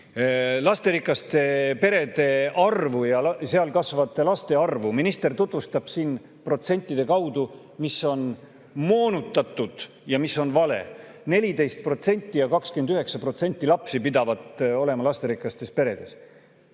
Lasterikaste perede arvu ja seal kasvavate laste arvu minister tutvustab siin protsentide kaudu, mis on moonutatud ja mis on vale, 14% [lasterikkaid peresid] ja 29% lapsi pidavat olema lasterikastes peredes.